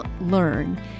learn